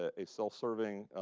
ah a self-serving